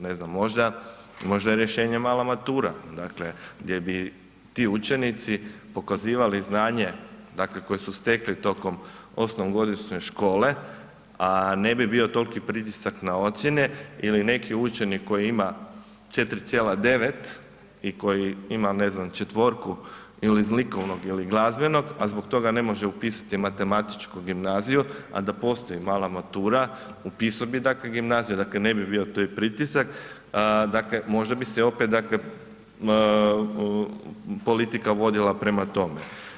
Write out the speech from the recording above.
Ne znam, možda je rješenje mala matura, dakle gdje bi ti učenici pokazivali znanje dakle koje su stekli osmogodišnje škole, a ne bi bio toliki pritisak na ocjene ili neki učenik koji ima 4,9 i koji ima ne znam 4 il iz likovnog ili glazbenog, a zbog toga ne može upisati matematičku gimnaziju, a da postoji mala matura upisao bi dakle gimnaziju, dakle ne bi bio taj pritisak, dakle možda bi se opet dakle politika vodila prema tome.